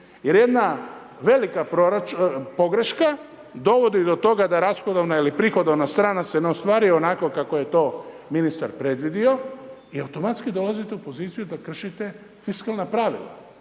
Jer jedna velika pogreška dovodi do toga da rashodovna ili prihodovna strana se ne ostvaruje onako kako je to ministar predvidio i automatski dolazite u poziciju da kršite fiskalna pravila.